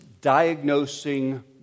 Diagnosing